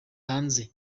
hanze